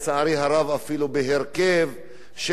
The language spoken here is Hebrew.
אפילו בהרכב של רשימות